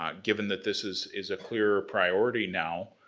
um given that this is is a clear priority now,